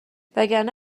وگرنه